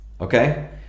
Okay